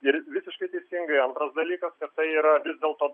ir visiškai teisingai antras dalykas kad tai yra vis dėlto